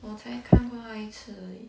我才看过他一次而已